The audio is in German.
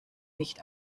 nicht